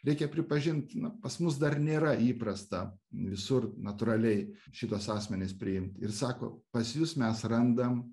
reikia pripažint na pas mus dar nėra įprasta visur natūraliai šituos asmenis priimt ir sako pas jus mes randam